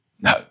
No